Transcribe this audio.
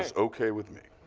and ok with me.